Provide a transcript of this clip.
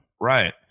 Right